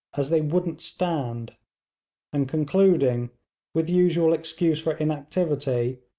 as they wouldn't stand and concluding with usual excuse for inactivity,